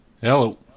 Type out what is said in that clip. hello